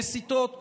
מסיתות,